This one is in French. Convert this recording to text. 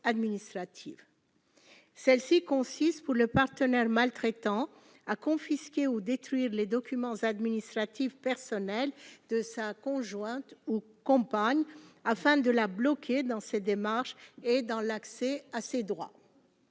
celle-ci consiste pour le partenaire maltraitants à confisquer ou détruire les documents administratifs de sa conjointe ou compagne afin de la bloquer dans ses démarches et dans l'accès à ces droits